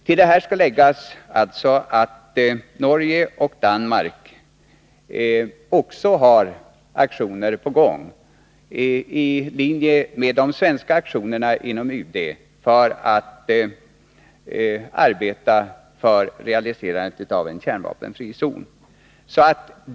Till detta skall läggas att också Norge och Danmark har aktioner på gång, i linje med de svenska aktionerna inom UD, för att arbeta för realiserandet av en kärnvapenfri zon.